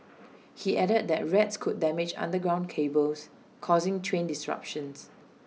he added that rats could damage underground cables causing train disruptions